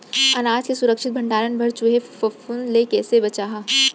अनाज के सुरक्षित भण्डारण बर चूहे, फफूंद ले कैसे बचाहा?